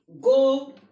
Go